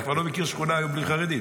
אני כבר לא מכיר שכונה היום בלי חרדים.